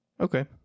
okay